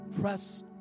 press